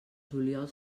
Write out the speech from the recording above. juliol